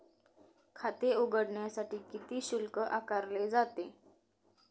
खाते उघडण्यासाठी किती शुल्क आकारले जाते?